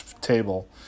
table